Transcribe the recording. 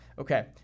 Okay